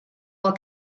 war